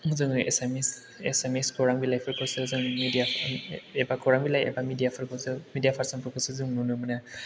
जोङो एसामिस खौरां बिलाइफोरखौसो जों मिदिया एबा खौरां बिलाइ एबा मिदायाफोरखौसो मिदिया पारसनफोरखौसो नुनो मोनो